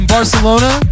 Barcelona